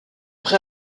pré